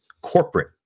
corporate